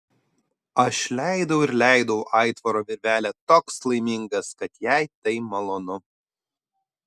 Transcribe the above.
aš leidau ir leidau aitvaro virvelę toks laimingas kad jai tai malonu